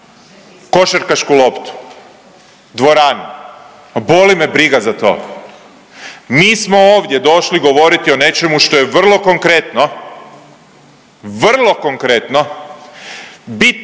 košarkašku loptu, dvoranu, ma boli me briga za to. Mi smo ovdje došli govoriti o nečemu što je vrlo konkretno, vrlo konkretno, bitno